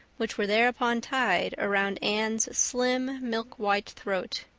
which were thereupon tied around anne's slim milk-white throat.